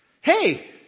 hey